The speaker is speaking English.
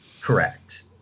Correct